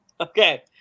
Okay